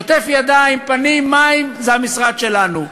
שוטף ידיים, פנים, מים, זה המשרד שלנו,